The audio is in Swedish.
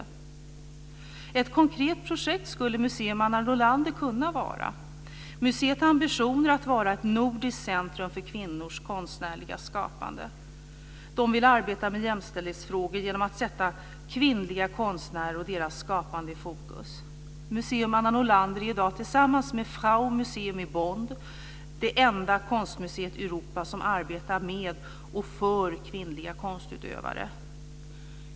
Museum Anna Nordlander skulle kunna vara ett konkret projekt. Museet har ambitioner att vara ett nordiskt centrum för kvinnors konstnärliga skapande. Det vill arbeta med jämställdhetsfrågor genom att sätta kvinnliga konstnärer och deras skapande i fokus. Museum Anna Nordlander är i dag, tillsammans med Frauen Museum i Bonn, det enda konstmuseet i Europa som arbetar med och för kvinnliga konstutövare.